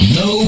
no